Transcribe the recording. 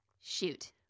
Shoot